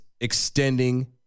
extending